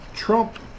Trump